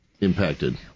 impacted